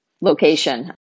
location